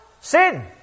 Sin